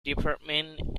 department